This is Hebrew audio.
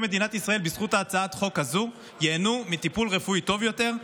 בזכות הצעת החוק הזאת אזרחי מדינת ישראל ייהנו מטיפול רפואי טוב יותר.